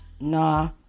Nah